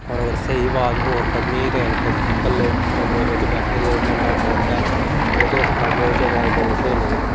होर अगर स्हेई अवाज होर कड्ढनी ते अगर तुस कल्ले कमरे बिच्च बैठे दे ओ कमरा बंद ऐ ओह्दे च तुस गाह्गेओ ओह्दे च अवाज बड़ी स्हेई निक्लनी